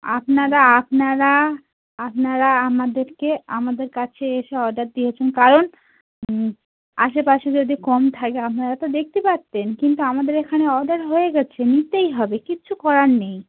আপনারা আপনারা আপনারা আমাদেরকে আমাদের কাছে এসে অর্ডার দিয়েছেন কারণ আশেপাশে যদি কম থাকে আপনারা তো দেখতে পারতেন কিন্তু আমাদের এখানে অর্ডার হয়ে গেছে নিতেই হবে কিছু করার নেই